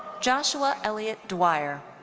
joshua elliot dwire.